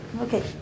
okay